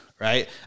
Right